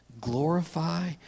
Glorify